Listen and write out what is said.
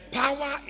power